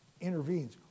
intervenes